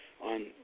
on